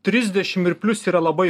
trisdešim ir plius yra labai